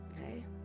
Okay